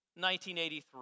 1983